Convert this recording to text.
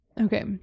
Okay